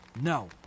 No